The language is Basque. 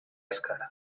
azkar